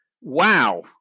wow